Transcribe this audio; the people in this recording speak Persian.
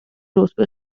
رتبه